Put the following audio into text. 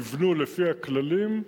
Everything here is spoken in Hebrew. יבנו לפי הכללים,